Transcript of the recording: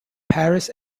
paris